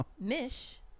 Mish